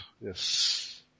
Yes